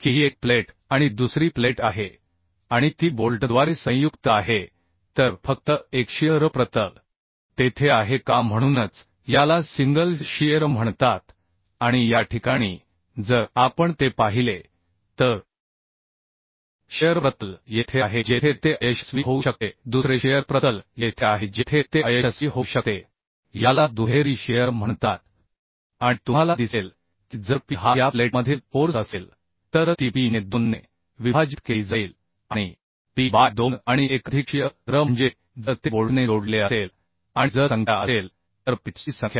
की ही एक प्लेट आणि दुसरी प्लेट आहे आणि ती बोल्टद्वारे संयुक्त आहे तर फक्त एक शिअर प्रतल तेथे आहे का म्हणूनच याला सिंगल शिअर म्हणतात आणि या ठिकाणी जर आपण ते पाहिले तर शिअर प्रतल येथे आहे जेथे ते अयशस्वी होऊ शकते दुसरे शिअर प्रतल येथे आहे जेथे ते अयशस्वी होऊ शकते याला दुहेरी शिअर म्हणतात आणि तुम्हाला दिसेल की जर P हा या प्लेटमधील फोर्स असेल तर ती P ने 2 ने विभाजित केली जाईल आणि P बाय 2 आणि एकाधिक शिअ र म्हणजे जर ते बोल्टने जोडलेले असेल आणि जर संख्या असेल तर प्लेट्सची संख्या